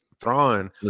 Thrawn